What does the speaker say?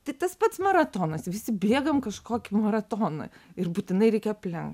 tai tas pats maratonas visi bėgam kažkokį maratoną ir būtinai reikia aplenkt